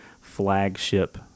flagship